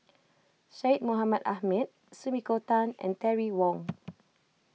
Syed Mohamed Ahmed Sumiko Tan and Terry Wong